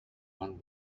one